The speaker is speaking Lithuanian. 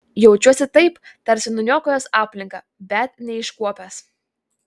jaučiuosi taip tarsi nuniokojęs aplinką bet neiškuopęs